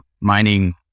mining